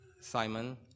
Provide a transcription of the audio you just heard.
Simon